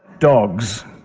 dogs?